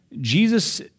Jesus